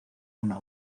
una